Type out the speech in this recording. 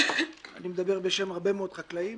אני מדבר בשם הרבה מאוד חקלאים,